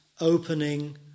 opening